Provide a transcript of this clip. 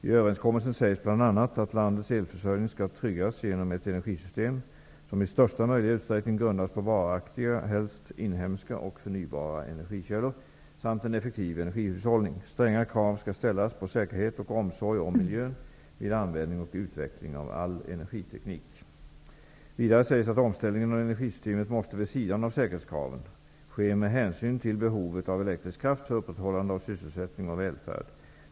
I överenskommelsen sägs bl.a. att landets elförsörjning skall tryggas genom ett energisystem som i största möjliga utsräckning grundas på varaktiga, helst inhemska och förnybara, energikällor samt en effektiv energihushållning. Stränga krav skall ställas på säkerhet och omsorg om miljön vid användning och utveckling av all energiteknik. Vidare sägs att omställningen av energisystemet måste, vid sidan av säkerhetskraven, ske med hänsyn till behovet av elektrisk kraft för upprätthållande av sysselsättning och välfärd.